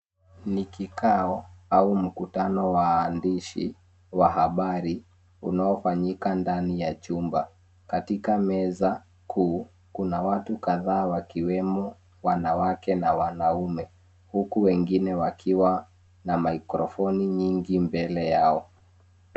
Ni kikao au mkutano wa waandishi wa habari unaofanyika ndani ya chumba katika meza kuu kuna watu kadhaa wakiwemo wanawake na wanaume huku wengine wakiwa na mikrofoni nyingi mbele yao